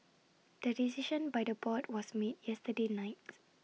the decision by the board was made yesterday night